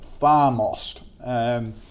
Farmost